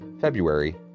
February